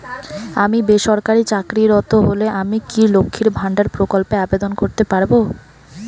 আমি বেসরকারি চাকরিরত হলে আমি কি লক্ষীর ভান্ডার প্রকল্পে আবেদন করতে পারব?